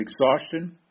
exhaustion